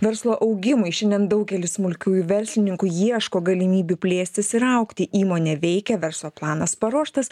verslo augimui šiandien daugelis smulkiųjų verslininkų ieško galimybių plėstis ir augti įmonė veikia verslo planas paruoštas